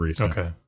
okay